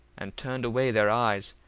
and turned away their eyes,